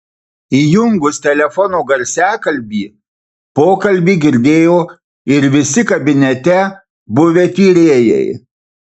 įjungus telefono garsiakalbį pokalbį girdėjo ir visi kabinete buvę tyrėjai